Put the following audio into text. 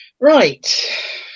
Right